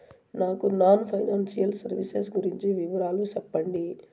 నాకు non financial services గురించి వివరాలు సెప్పండి?